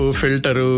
filter